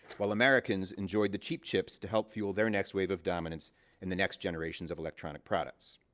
while americans enjoyed the cheap chips to help fuel their next wave of dominance in the next generations of electronic products.